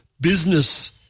business